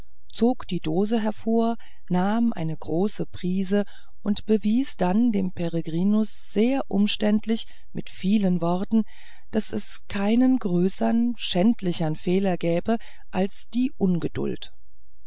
zog die dose hervor nahm eine große prise und bewies dann dem peregrinus sehr umständlich mit vielen worten daß es keinen größern schädlichern fehler gäbe als die ungeduld